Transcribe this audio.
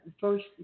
first